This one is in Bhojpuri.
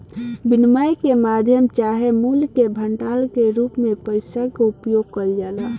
विनिमय के माध्यम चाहे मूल्य के भंडारण के रूप में पइसा के उपयोग कईल जाला